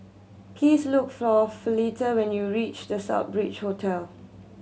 please look for Fleta when you reach The Southbridge Hotel